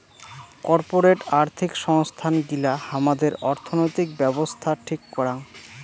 corporate আর্থিক সংস্থান গিলা হামাদের অর্থনৈতিক ব্যাবছস্থা ঠিক করাং